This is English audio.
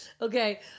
Okay